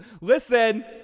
listen